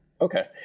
Okay